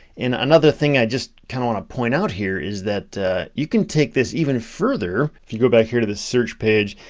and another thing, i just kinda want to point out here is that you can take this even further. if you go back here to the search page,